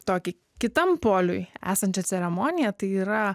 tokį kitam poliui esančią ceremoniją tai yra